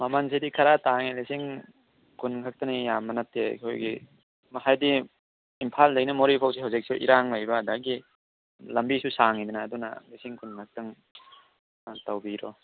ꯃꯃꯟꯁꯤꯗꯤ ꯈꯔ ꯇꯥꯡꯉꯦ ꯂꯤꯁꯤꯡ ꯀꯨꯟ ꯈꯛꯇꯅꯤ ꯌꯥꯝꯕ ꯅꯠꯇꯦ ꯑꯩꯈꯣꯏꯒꯤ ꯍꯥꯏꯕꯗꯤ ꯏꯝꯐꯥꯜꯗꯒꯤꯅ ꯃꯣꯔꯦ ꯐꯥꯎꯕꯁꯦ ꯍꯧꯖꯤꯛꯁꯦ ꯏꯔꯥꯡ ꯂꯩꯕ ꯑꯗꯨꯗꯒꯤ ꯂꯝꯕꯤꯁꯨ ꯁꯥꯡꯉꯤꯗꯅ ꯑꯗꯨꯅ ꯂꯤꯁꯤꯡ ꯀꯨꯟ ꯈꯛꯇꯪ ꯇꯧꯕꯤꯔꯣ